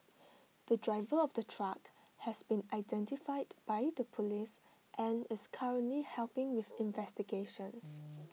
the driver of the truck has been identified by the Police and is currently helping with investigations